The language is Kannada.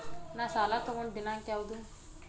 ನಾ ಸಾಲ ತಗೊಂಡು ದಿನಾಂಕ ಯಾವುದು?